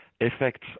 effect